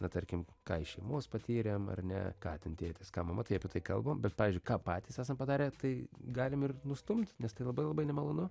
bet tarkim ką šeimos patyrėm ar ne ką ten tėtis ką mama tai apie tai kalbam bet pavyzdžiui ką patys esam padarę tai galim ir nustumt nes tai labai labai nemalonu